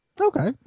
Okay